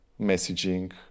messaging